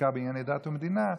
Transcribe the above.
בעיקר בענייני דת ומדינה,